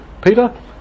Peter